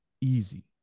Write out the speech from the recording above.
easy